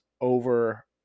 over